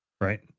Right